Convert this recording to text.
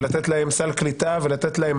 לתת להם סל קליטה ומעמד.